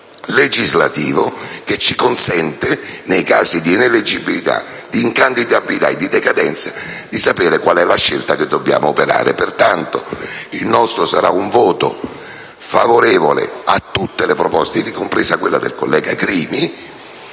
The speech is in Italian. apparato legislativo che, nei casi di ineleggibilità, incandidabilità e decadenza, consente di sapere qual è la scelta che dobbiamo operare. Pertanto il nostro sarà un voto favorevole a tutte le proposte, ivi compresa quella del collega Crimi,